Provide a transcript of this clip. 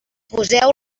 poseu